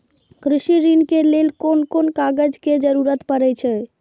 कृषि ऋण के लेल कोन कोन कागज के जरुरत परे छै?